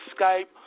Skype